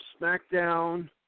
SmackDown